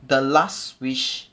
the last wish